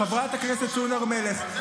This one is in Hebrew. חברת הכנסת סון הר מלך,